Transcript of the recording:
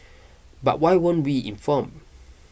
but why weren't we informed